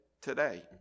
today